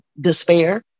despair